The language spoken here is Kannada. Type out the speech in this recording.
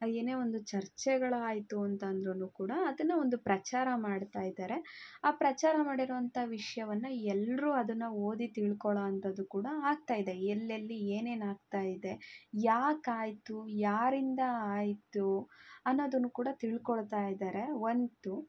ಏನೇ ಒಂದು ಚರ್ಚೆಗಳಾಯಿತು ಅಂತಂದ್ರು ಕೂಡ ಅದನ್ನು ಒಂದು ಪ್ರಚಾರ ಮಾಡ್ತಾಯಿದ್ದಾರೆ ಆ ಪ್ರಚಾರ ಮಾಡಿರುವಂತ ವಿಷಯವನ್ನು ಈ ಎಲ್ಲರೂ ಅದನ್ನು ಓದಿ ತಿಳ್ಕೊಳ್ಳೋವಂತದ್ದು ಕೂಡ ಆಗ್ತಾಯಿದೆ ಎಲ್ಲೆಲ್ಲಿ ಏನೇನು ಆಗ್ತಾಯಿದೆ ಯಾಕಾಯಿತು ಯಾರಿಂದ ಆಯಿತು ಅನ್ನೋದನ್ನು ಕೂಡ ತಿಳ್ಕೊಳ್ತಾಯಿದ್ದಾರೆ ಒಂದು